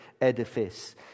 edifice